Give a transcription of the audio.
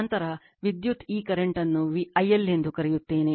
ನಂತರ ವಿದ್ಯುತ್ ಈ ಕರೆಂಟ್ ಅನ್ನು I L ಎಂದು ಕರೆಯುತ್ತೇನೆ